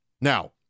Now